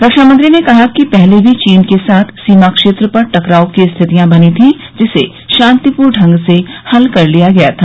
रक्षामंत्री ने कहा कि पहले भी चीन के साथ सीमा क्षेत्र पर टकराव की स्थितियां बनी थीं जिसे शांतिपूर्ण ढंग से हल कर लिया गया था